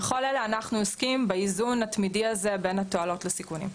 בכל אלה אנחנו עוסקים באיזון התמידי הזה בין התועלות לסיכונים.